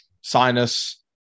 sinus